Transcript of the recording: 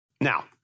Now